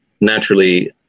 naturally